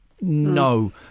no